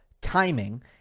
timing